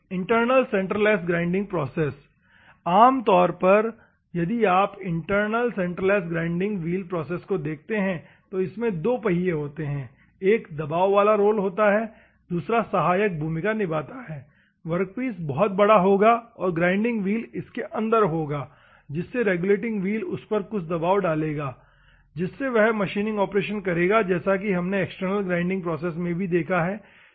internal centreless grinding process आम तौर पर यदि आप internal centreless grinding wheel process को देखते हैं तो इसमें दो पहिये होते हैं एक दबाव वाला रोल होता है और दूसरा सहायक भूमिका निभाता है वर्कपीस बहुत बड़ा होगा और ग्राइंडिंग व्हील इसके अंदर होगा जिससे रेगुलेटिंग व्हील उस पर कुछ दबाव डालेगा जिससे वह मशीनिंग ऑपरेशन करेगा जैसा कि हमने एक्सटर्नल ग्राइंडिंग प्रोसेस में देखा है